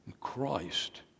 Christ